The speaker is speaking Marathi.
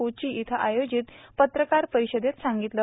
कोची इथं आयोजित पत्रकार परिषदेत सांगितलं